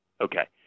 Okay